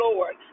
Lord